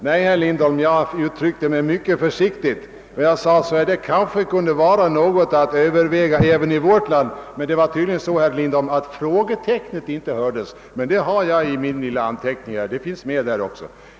Nej, herr Lindholm, jag uttryckte mig mycket försiktigt och frågade om det kanske kunde vara något att överväga även i vårt land. Det var tydligen så, herr Lindholm, att frågetecknet inte hördes, men det finns med i mina anteckningar.